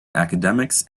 academics